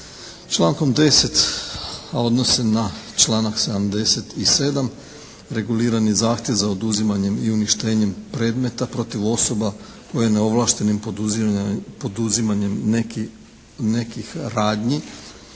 Člankom 10. a odnose na članak 77. reguliran je zahtjev za oduzimanjem i uništenjem predmeta protiv osoba koje neovlaštenim poduzimanjem nekih radnji